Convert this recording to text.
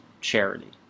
charity